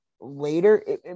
later